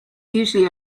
usually